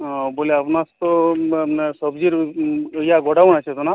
ও বলি আপনার তো আপনার সবজির ওই যা গোডাউন আছে তো না